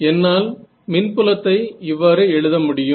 என்னால் மின்புலத்தை இவ்வாறு எழுத முடியும்